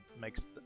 makes